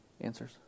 answers